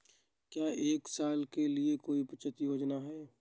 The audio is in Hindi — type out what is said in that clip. क्या एक साल के लिए कोई बचत योजना है?